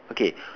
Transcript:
okay